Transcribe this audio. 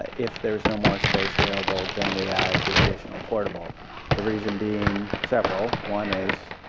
if there is no more space available then we add the additional portable the reason being several, one is,